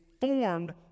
formed